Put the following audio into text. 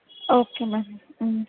okay ma'am